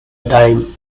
dime